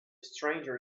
stranger